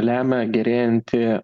lemia gerėjanti